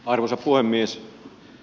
arvoisa puhemies